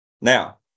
Now